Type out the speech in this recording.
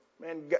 Man